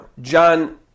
John